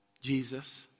Jesus